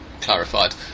clarified